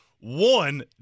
one